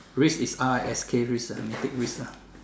risk is R I S K risk lah take risk lah